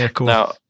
Now